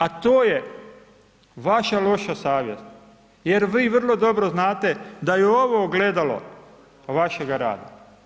A to je vaša loša savjest, jer vi vrlo dobro znate, da je ovo ogledalo vašega rada.